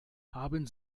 haben